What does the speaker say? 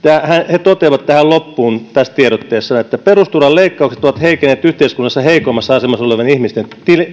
he toteavat loppuun tässä tiedotteessaan perusturvan leikkaukset ovat heikentäneet yhteiskunnassa heikommassa asemassa olevien ihmisten